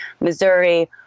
Missouri